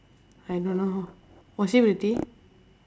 I don't know was she pretty